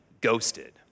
ghosted